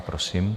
Prosím.